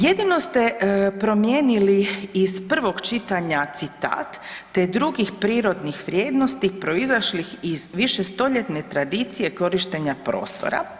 Jedino ste promijenili iz prvog čitanja citat, „te drugih prirodnih vrijednosti proizašlih iz višestoljetne tradicije korištenja prostora“